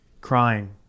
crying